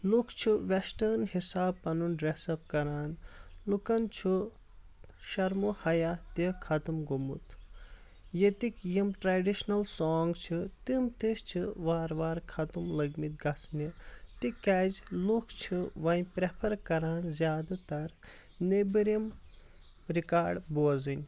لُکھ چھِ ویٚسٹٲرٕن حساب پنُن ڈرس اپ کران لُکن چھُ شرمو حیا تہِ ختٕم گوٚومُت یتیِکۍ یِم ٹرڈشنل سانٛگ چھِ تِم تہِ چھِ وار وار ختٕم لٔگۍمٕتۍ گژھنہِ تِکیازِ لُکھ چھِ وۄنۍ پرٮ۪فر کران وۄنۍ زیادٕ تر نیٚبرٕم رِکارڈ بوزٕنۍ